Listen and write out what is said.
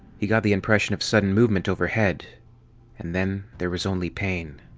he got the impression of sudden movement overhead-and and then there was only pain.